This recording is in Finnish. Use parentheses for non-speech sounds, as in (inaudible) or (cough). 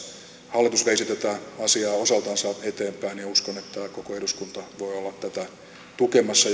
hallitus veisi tätä asiaa osaltansa eteenpäin ja uskon että koko eduskunta voi olla tätä tukemassa (unintelligible)